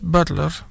Butler